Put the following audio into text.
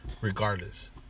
regardless